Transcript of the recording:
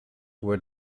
were